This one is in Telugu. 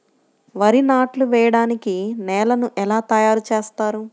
వరి నాట్లు వేయటానికి నేలను ఎలా తయారు చేస్తారు?